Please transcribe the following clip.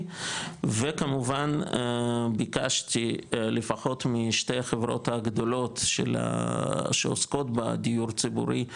וכמובן ביקשתי לפחות משתי החברות הגדולות שעוסקות בדיור ציבורי,